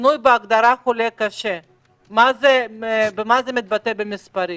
במה זה מתבטא במספרים?